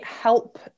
help